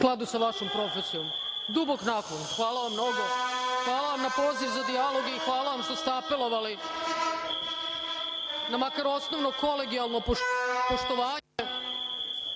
skladu sa vašom profesijom. Dubok naklon. Hvala vam mnogo. Hvala vam na poziv za dijalog i hvala vam što ste apelovali na makar osnovno kolegijalno poštovanje.Za